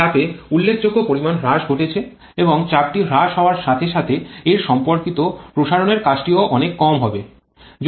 চাপে উল্লেখযোগ্য পরিমাণ হ্রাস ঘটেছে এবং চাপটি হ্রাস হওয়ার সাথে সাথে এর সম্পর্কিত প্রসারণের কাজটিও অনেক কম হবে